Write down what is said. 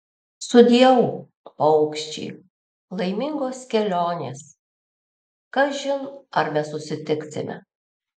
sudieu paukščiai laimingos kelionės kažin ar besusitiksime